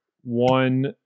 one